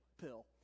pill